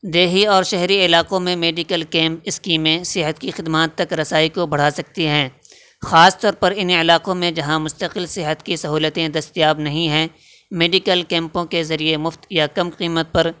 دیہی اور شہری علاقوں میں میڈیکل کیمپ اسکیمیں صحت کی خدمات تک رسائی کو بڑھا سکتی ہیں خاص طور پر ان علاقوں میں جہاں مستقل صحت کی سہولتیں دستیاب نہیں ہیں میڈیکل کیمپوں کے ذریعے مفت یا کم قیمت پر